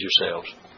yourselves